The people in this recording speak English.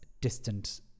distant